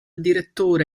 direttore